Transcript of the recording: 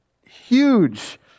huge